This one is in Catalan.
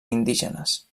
indígenes